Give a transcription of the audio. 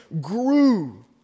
grew